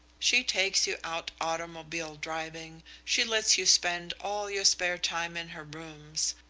she takes you out automobile driving, she lets you spend all your spare time in her rooms.